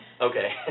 Okay